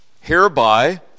Hereby